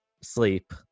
sleep